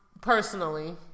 Personally